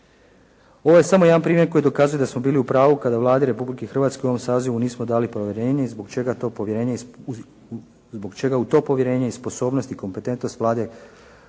Ovo je samo jedan primjer koji dokazuje da smo bili u pravu kada Vladi Republike Hrvatske u ovom sazivu nismo dali povjerenje i zbog čega u to povjerenje i sposobnost i kompetentnost Vlade gospodina